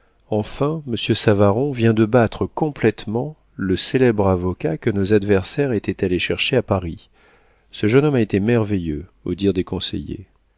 enfin monsieur savaron vient de battre complétement le célèbre avocat que nos adversaires étaient allés chercher à paris ce jeune homme a été merveilleux au dire des conseillers